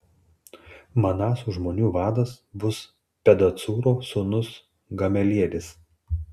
manaso žmonių vadas bus pedacūro sūnus gamelielis